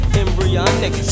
embryonic